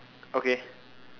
okay